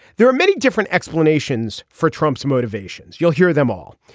there are many different explanations for trump's motivations. you'll hear them all.